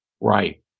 Right